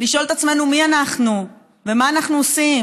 לשאול את עצמנו מי אנחנו ומה אנחנו עושים,